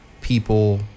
people